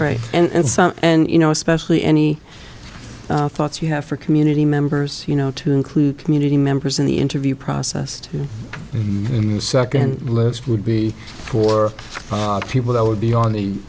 right and so on and you know especially any thoughts you have for community members you know to include community members in the interview process and in the second list would be for people that would be on the